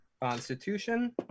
Constitution